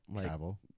travel